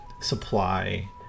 supply